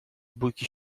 bójki